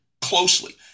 closely